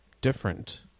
different